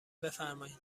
بفرمایین